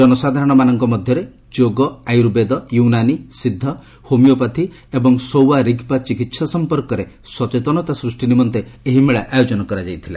ଜନସାଧାରଣ ମାନଙ୍କ ମଧ୍ୟରେ ଯୋଗ ଆୟୁର୍ବେଦ ୟୁନାନୀ ସିଦ୍ଧ ହୋମିଓପାଥି ଏବଂ ସୋୱା ରିଗ୍ପା ଚିକିତ୍ସା ସମ୍ପର୍କରେ ସଚେତନତା ସୃଷ୍ଟି ନିମନ୍ତେ ଏହି ମେଳା ଆୟୋଜନ କରାଯାଇଥିଲା